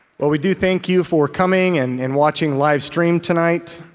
well, we do thank you for coming and and watching live stream tonight.